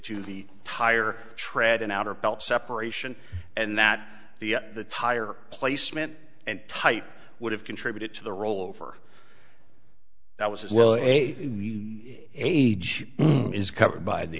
to the tire tread and outer belt separation and that the the tire placement and type would have contributed to the rollover that was as well a age is covered by the